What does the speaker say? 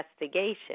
investigation